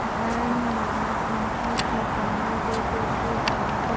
धान मां फम्फा कीटाणु ले कइसे बचाबो?